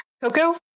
Coco